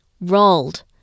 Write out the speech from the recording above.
rolled